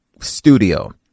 studio